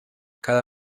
cada